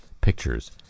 pictures